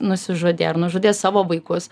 nusižudė ar nužudė savo vaikus